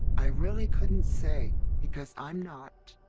i really couldn't say, because i'm not.